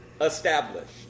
established